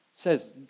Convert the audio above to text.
says